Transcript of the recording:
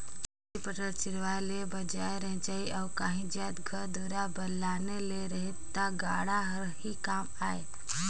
लकरी पटरा चिरवाए ले जाए बर रहें चहे अउ काही जाएत घर दुरा बर लाने ले रहे ता गाड़ा हर ही काम आए